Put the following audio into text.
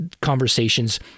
conversations